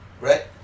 right